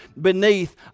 beneath